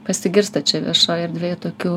pasigirsta čia viešoj erdvėj tokių